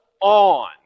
on